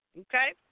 okay